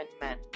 men